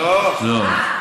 רגע,